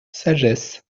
sagesse